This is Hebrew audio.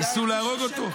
ניסו להרוג אותו.